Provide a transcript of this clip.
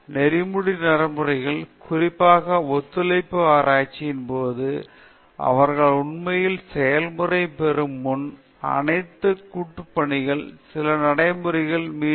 எனவே நெறிமுறை நடைமுறைகள் குறிப்பாக ஒத்துழைப்பு ஆராய்ச்சி போது அவர்கள் உண்மையில் செயல்முறை பெறும் முன் அனைத்து கூட்டுப்பணியாளர்கள் சில நடைமுறைகள் மீது ஏற்றுக்கொள்வது முக்கியம்